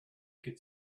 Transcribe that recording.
could